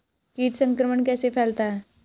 कीट संक्रमण कैसे फैलता है?